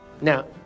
now